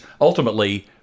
ultimately